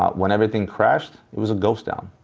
when everything crashed, it was a ghost town.